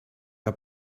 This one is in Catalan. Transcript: que